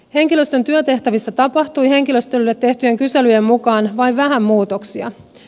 henkilöstön työtehtävissä tapahtui henkilöstölle tehtyjen kyselyjen mukaan vain vähän muutoksia